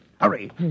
Hurry